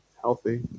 healthy